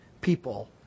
people